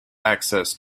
access